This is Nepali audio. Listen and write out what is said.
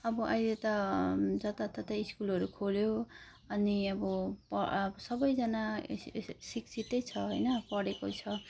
अब अहिले त जताततै स्कुलहरू खोल्यो अनि अब प अब सबैजना शिक्षितै छ होइन पढेकै छ